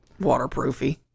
waterproofy